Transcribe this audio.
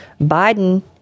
Biden